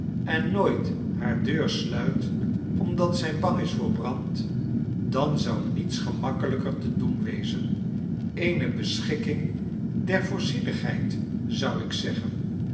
en nooit hare deur sluit omdat zij bang is voor brand dan zou niets gemakkelijker te doen wezen eene beschikking der voorzienigheid zou ik zeggen